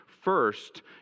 First